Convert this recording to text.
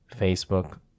Facebook